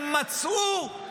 הם מצאו,